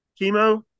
Chemo